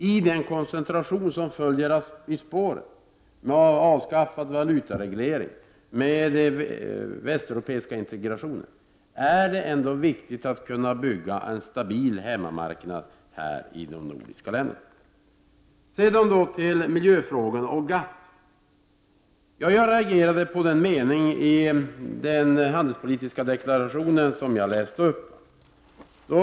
I den koncentration som följer i spåren av avskaffad valutareglering och västeuropeisk integration är det viktigt att kunna bygga på en stabil hemmamarknad här i de nordiska länderna. Sedan till miljöfrågorna och GATT. Jag reagerade på den mening i den handelspolitiska deklarationen som jag läste upp förut.